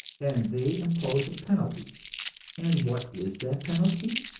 and they impose a penalty and what is that penalty?